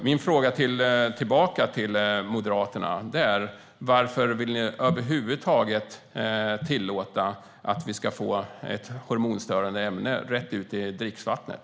Min fråga tillbaka till Moderaterna är: Varför vill ni över huvud taget tillåta ett hormonstörande ämne rätt ut i dricksvattnet?